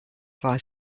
fly